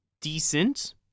decent